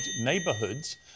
neighbourhoods